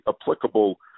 applicable